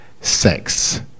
sex